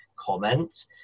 Comment